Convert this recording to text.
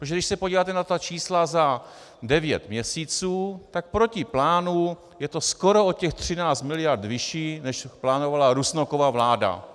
Protože když se podíváte na ta čísla za devět měsíců, tak proti plánu je to skoro o těch 13 mld. vyšší, než plánovala Rusnokova vláda.